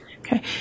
Okay